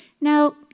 Now